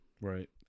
Right